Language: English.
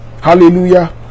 Hallelujah